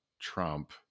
Trump